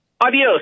Adios